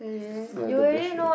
the the best brand